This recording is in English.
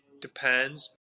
depends